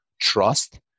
trust